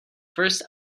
first